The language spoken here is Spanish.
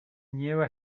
nieva